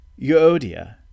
Euodia